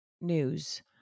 news